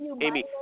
amy